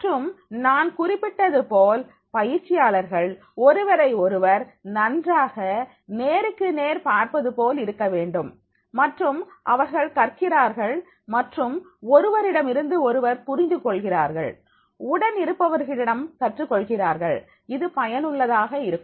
மற்றும் நான் குறிப்பிட்டது போல் பயிற்சியாளர்கள் ஒருவரை ஒருவர் நன்றாக நேருக்குநேர் பார்ப்பதுபோல் இருக்க வேண்டும் மற்றும் அவர்கள் கற்கிறார்கள் மற்றும் ஒருவரிடமிருந்து ஒருவர் புரிந்து கொள்கிறார்கள் உடன் இருப்பவர்களிடம் கற்றுக்கொள்கிறார்கள் இது பயனுள்ளதாக இருக்கும்